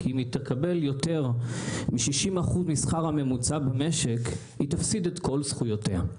כי אם היא תקבל יותר מ-60% מהשכר הממוצע במשק היא תפסיד את כל זכויותיה.